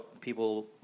people